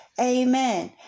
Amen